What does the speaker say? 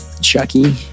Chucky